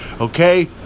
Okay